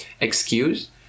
excuse